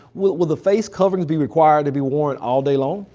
will will the face coverings be required to be worn all day long?